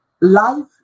Life